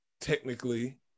technically